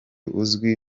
uzwi